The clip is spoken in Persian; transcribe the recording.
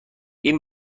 این